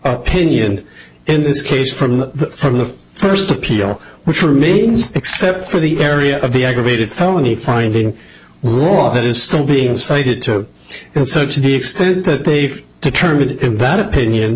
opinion in this case from the from the first appeal which means except for the area of the aggravated felony finding war that is still being cited to and so to the extent that they've determined that opinion